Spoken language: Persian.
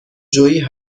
جویی